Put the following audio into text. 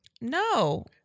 No